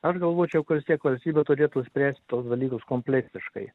aš galvočiau kad vis tiek valstybė turėtų spręsti tuos dalykus kompleksiškai